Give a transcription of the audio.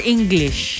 English